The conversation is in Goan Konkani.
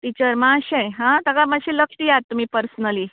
टिचर मात्शें हां तेका मात्शें लक्ष दियात तुमी पर्सनली